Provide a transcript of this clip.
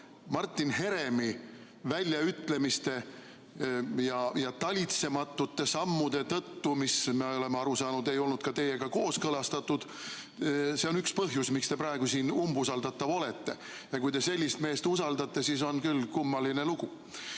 Martin Heremi väljaütlemised ja talitsematud sammud, mis, me oleme aru saanud, ei olnud ka teiega kooskõlastatud, on üks põhjusi, miks te praegu siin umbusaldatav olete. Kui te sellist meest usaldate, siis on küll kummaline lugu.